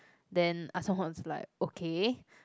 then Ah-Chong was like okay